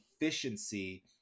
efficiency